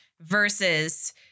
versus